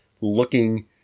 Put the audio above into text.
looking